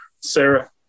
Sarah